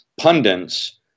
pundits